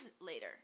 later